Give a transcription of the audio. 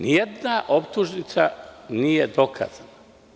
Nijedna optužnica nije dokazana.